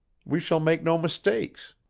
we shall make no mistakes.